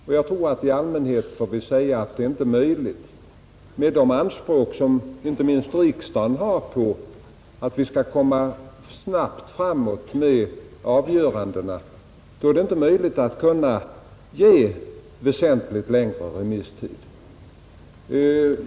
Och jag tror att i allmänhet får vi säga att det är inte möjligt, med de anspråk som inte minst riksdagen har att vi skall komma snabbt framåt med avgörandena, att ge väsentligt längre remisstid.